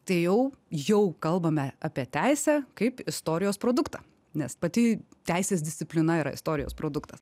tai jau jau kalbame apie teisę kaip istorijos produktą nes pati teisės disciplina yra istorijos produktas